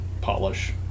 polish